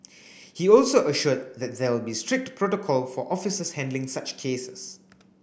he also assured that there will be strict protocol for officers handling such cases